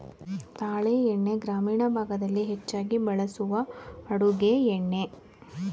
ತಾಳೆ ಎಣ್ಣೆ ಗ್ರಾಮೀಣ ಭಾಗದಲ್ಲಿ ಹೆಚ್ಚಾಗಿ ಬಳಸುವ ಅಡುಗೆ ಎಣ್ಣೆ